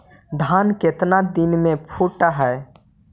धान केतना दिन में फुट है?